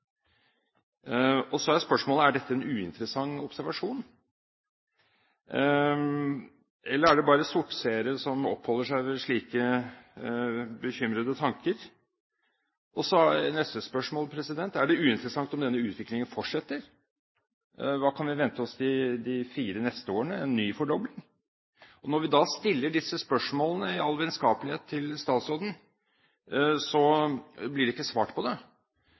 er spørsmålet: Er dette en uinteressant observasjon, eller er det bare «sortseere» som oppholder seg ved slike bekymrede tanker? Og så er neste spørsmål: Er det uinteressant om denne utviklingen fortsetter? Hva kan vi vente oss de fire neste årene – en ny fordobling? Når vi stiller disse spørsmålene i all vennskapelighet til statsråden, blir det ikke svart. Da gir det